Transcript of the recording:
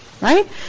Right